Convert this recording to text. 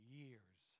years